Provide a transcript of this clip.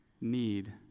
need